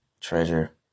treasure